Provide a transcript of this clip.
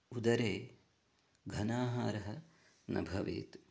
उदरे घनाहारः न भवेत्